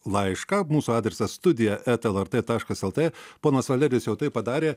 laišką mūsų adresas studija eta lrt taškas lt ponas valerijus jau tai padarė